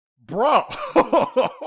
bro